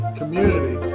community